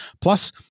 Plus